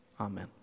Amen